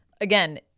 Again